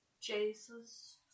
Jesus